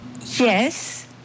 Yes